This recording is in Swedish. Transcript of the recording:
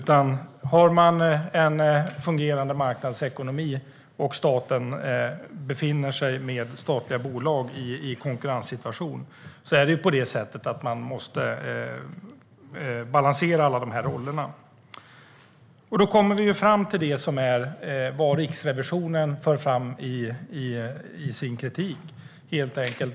Finns det en fungerande marknadsekonomi och staten befinner sig med statliga bolag i en konkurrenssituation måste alla dessa roller balanseras. Då kommer vi fram till vad Riksrevisionen för fram i sin kritik.